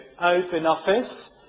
OpenOffice